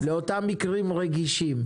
לאותם מקרים רגישים,